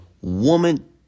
woman